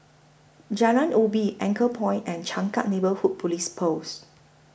Jalan Ubi Anchorpoint and Changkat Neighbourhood Police Post